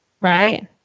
right